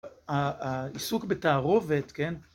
העיסוק בתערובת, כן?